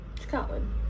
Scotland